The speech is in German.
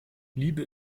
liebe